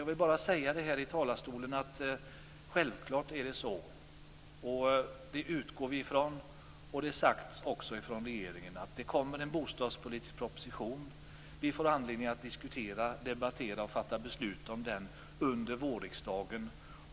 Jag vill bara säga att det självfallet kommer en bostadspolitisk proposition. Det utgår vi ifrån och det har sagts av regeringen. Vi får anledning att diskutera, debattera och fatta beslut om den under vårriksdagen.